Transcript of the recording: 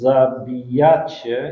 Zabijacie